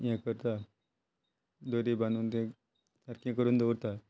हे करता दरी बांदून ते सारके करून दवरता